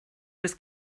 was